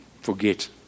forget